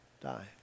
die